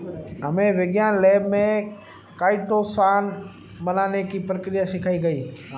हमे विज्ञान लैब में काइटोसान बनाने की प्रक्रिया सिखाई गई